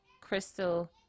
crystal